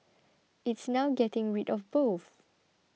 it's now getting rid of both